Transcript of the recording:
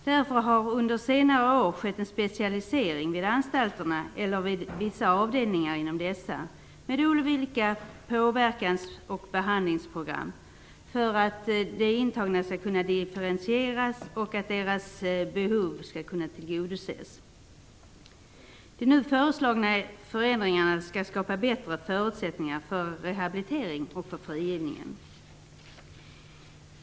Det har därför under senare år skett en specialisering på anstalterna eller på vissa avdelningar inom dessa med olika påverkans och behandlingsprogram för att de intagna skall kunna differentieras och för att deras behov skall kunna tillgodoses. De nu föreslagna förändringarna skall skapa bättre förutsättningar för rehabilitering och frigivning.